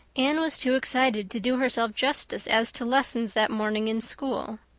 anne was too excited to do herself justice as to lessons that morning in school.